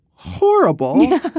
horrible